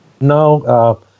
No